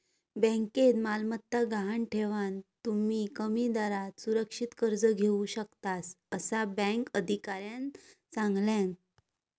बँकेत मालमत्ता गहाण ठेवान, तुम्ही कमी दरात सुरक्षित कर्ज घेऊ शकतास, असा बँक अधिकाऱ्यानं सांगल्यान